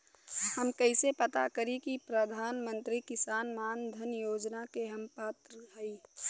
हम कइसे पता करी कि प्रधान मंत्री किसान मानधन योजना के हम पात्र हई?